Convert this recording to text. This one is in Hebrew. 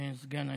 סגן היושב-ראש.